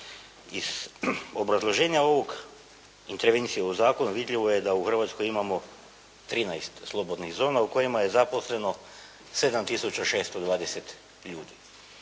Iz obrazloženja ovog, intervencije u zakonu vidljivo je da u Hrvatskoj imamo 13 slobodnih zona u kojima je zaposleno 7 tisuća 620 ljudi.